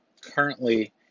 currently